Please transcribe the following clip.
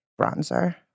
bronzer